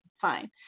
fine